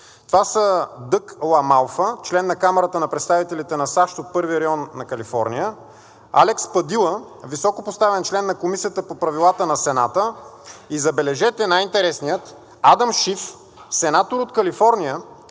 Това са Дъг Ламалфа, член на Камарата на представителите на САЩ от 1-ви район на Калифорния, Алекс Падила, високопоставен член на Комисията по правилата на Сената, и забележете, най-интересният – Адам Шиф, сенатор от Калифорния,